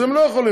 אז הוא לא יכול,